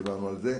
דיברנו על זה.